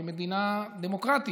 כמדינה דמוקרטית,